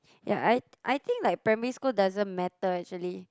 ya I I think like primary school doesn't matter actually